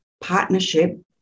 partnership